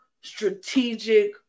strategic